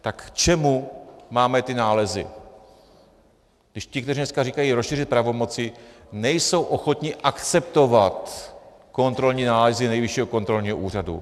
Tak k čemu máme ty nálezy, když ti, kteří dneska říkají rozšířit pravomoci, nejsou ochotni akceptovat kontrolní nálezy Nejvyššího kontrolního úřadu?